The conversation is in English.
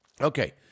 Okay